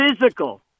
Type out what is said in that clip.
physical